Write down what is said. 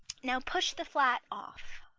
now push the flat off.